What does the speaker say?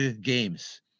games